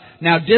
Now